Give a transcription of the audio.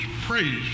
praise